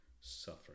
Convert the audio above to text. suffering